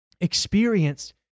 experienced